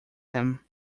him